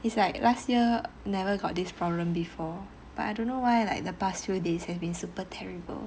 it's like last year never got this problem before but I don't know why like the past few days has been super terrible